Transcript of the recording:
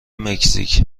مکزیک